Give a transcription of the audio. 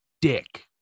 dick